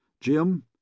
Jim